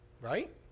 Right